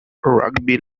rugby